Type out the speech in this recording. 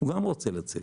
הם גם רוצים לצאת.